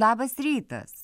labas rytas